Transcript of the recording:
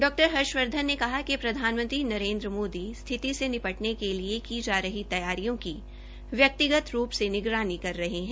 डॉ हर्षवर्धन ने कहा कि प्रधानमंत्री नरेन्द्र मोदी स्थिति से निपटने के लिए की जा रही तैयारियों की व्यक्तिगत रूप से निगरानी कर रहे है